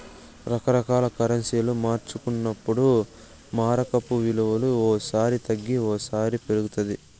రకరకాల కరెన్సీలు మార్చుకున్నప్పుడు మారకపు విలువ ఓ సారి తగ్గి ఓసారి పెరుగుతాది